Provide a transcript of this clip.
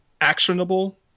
actionable